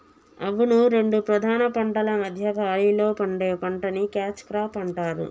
అవును రెండు ప్రధాన పంటల మధ్య ఖాళీలో పండే పంటని క్యాచ్ క్రాప్ అంటారు